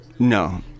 No